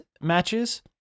matches